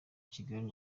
kigali